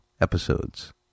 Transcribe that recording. episodes